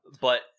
But-